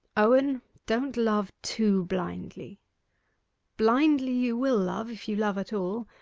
owen, don't love too blindly blindly you will love if you love at all,